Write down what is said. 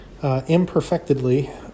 imperfectedly